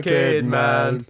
Kidman